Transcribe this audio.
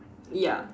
ya